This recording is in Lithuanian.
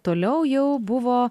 toliau jau buvo